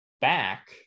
back